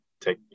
take